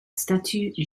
statut